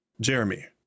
Jeremy